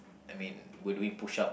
I mean were doing push up